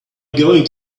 going